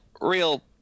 Real